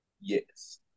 Yes